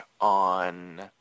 on